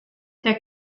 der